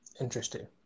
Interesting